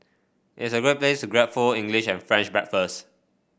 it's a great place grab full English and French breakfast